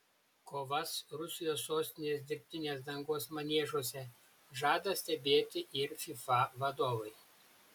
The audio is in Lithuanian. kovas rusijos sostinės dirbtinės dangos maniežuose žada stebėti ir fifa vadovai